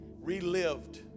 relived